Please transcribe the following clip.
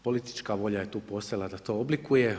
Politička volja je tu postojala da to oblikuje.